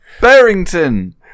Barrington